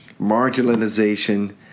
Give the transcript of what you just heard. marginalization